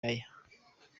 aya